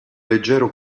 leggero